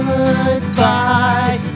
Goodbye